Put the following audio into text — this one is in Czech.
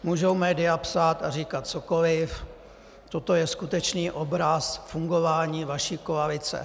Můžou média psát a říkat cokoliv, toto je skutečný obraz fungování vaší koalice.